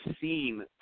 seen